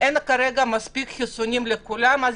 אין כרגע מספיק חיסונים לכולם אז